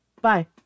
Bye